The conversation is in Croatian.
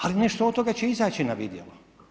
Ali nešto od toga će izaći na vidjelo.